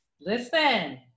Listen